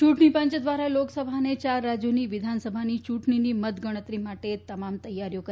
યૂંટણીપંચ દ્વારા લોકસભા અને ચાર રાજ્યોની વિધાનસભાની ચૂંટણીની મતગણતરી માટેની તમામ તૈયારીઓ કરાઈ